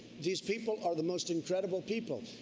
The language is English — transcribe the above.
these people are the most incredible people,